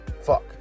fuck